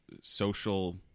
social